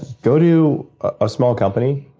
go to a small company,